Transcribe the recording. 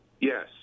Yes